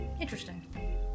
Interesting